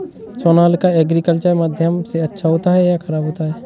Sonalika agriculture माध्यम से अच्छा होता है या ख़राब होता है?